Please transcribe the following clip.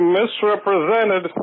misrepresented